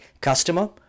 customer